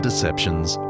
Deceptions